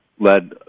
led